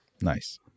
Nice